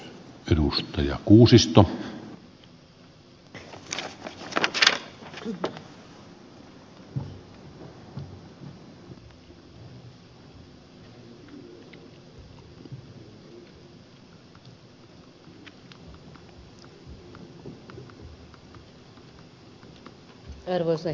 arvoisa herra puhemies